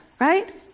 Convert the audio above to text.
right